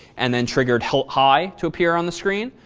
and then triggered hi hi to appear on the screen,